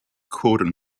cottage